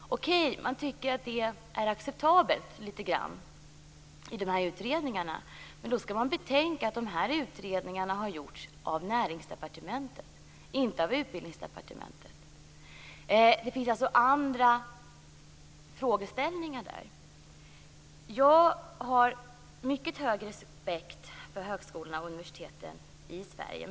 I utredningarna tycker man också att det i någon mån är acceptabelt. Men då skall man betänka att de här utredningarna har gjorts av Näringsdepartementet och inte av Utbildningsdepartementet. Det finns alltså andra frågeställningar där. Jag har mycket stor respekt för högskolorna och universiteten i Sverige.